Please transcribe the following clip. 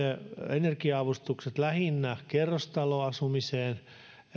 energia avustukset lähinnä kerrostaloasumiseen